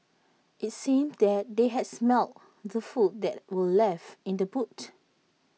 IT seemed that they had smelt the food that were left in the boot